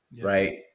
Right